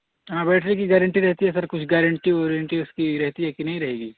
ہاں بیٹری کی گارنٹی رہتی ہے سر کچھ گارنٹی وورنٹی اس کی رہتی ہے کہ نہیں رہے گی